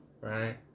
right